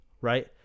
right